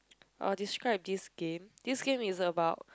oh describe this game this game is about